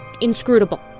inscrutable